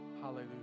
Hallelujah